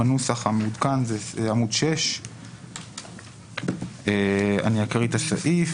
הנוסח המעודכן הוא בעמוד 6. אני אקריא את הסעיף.